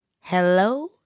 Hello